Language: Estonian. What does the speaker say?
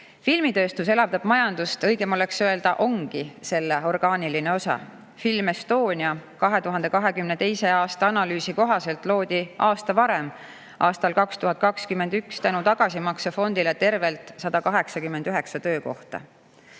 edaspidiseks! Filmitööstus elavdab majandust, õigem oleks öelda, ongi selle orgaaniline osa. Film Estonia 2022. aasta analüüsi kohaselt loodi aasta varem, aastal 2021, tänu tagasimaksefondile tervelt 189 töökohta.